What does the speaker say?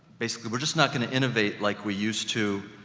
basically we're just not going to innovate like we used to.